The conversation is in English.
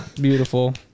Beautiful